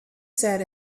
sat